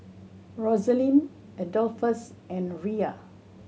Rosaline Adolphus and Riya